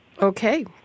Okay